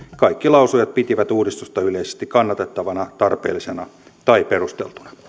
kaikki lausujat pitivät uudistusta yleisesti kannatettavana tarpeellisena tai perusteltuna